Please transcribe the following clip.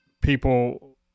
people